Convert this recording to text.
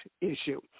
issue